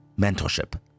mentorship